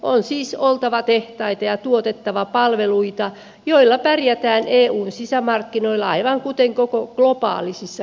on siis oltava tehtaita ja tuotettava palveluita joilla pärjätään eun sisämarkkinoilla aivan kuten koko globaalissa kilpailussa